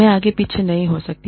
मैं आगे पीछे नहीं जा सकता